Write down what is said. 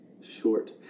short